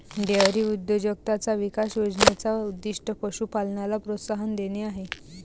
dairy उद्योजकताचा विकास योजने चा उद्दीष्ट पशु पालनाला प्रोत्साहन देणे आहे